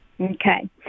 Okay